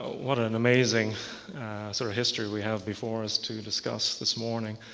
ah what an amazing sort of history we have before us to discuss this morning.